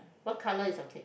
what color is your cake